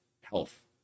health